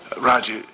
Roger